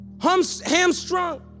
hamstrung